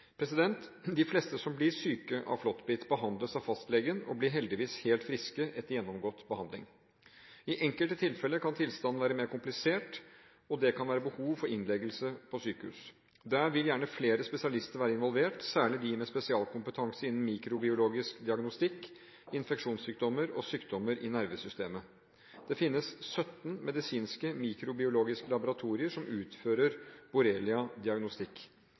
De fleste som blir syke av flåttbitt, behandles av fastlegen og blir heldigvis helt friske etter gjennomgått behandling. I enkelte tilfeller kan tilstanden være mer komplisert, og det kan være behov for innleggelse i sykehus. Der vil gjerne flere spesialister være involvert, særlig de med spesialkompetanse innen mikrobiologisk diagnostikk, infeksjonssykdommer og sykdommer i nervesystemet. Det finnes 17 medisinske mikrobiologiske laboratorier som utfører